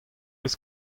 eus